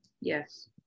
yes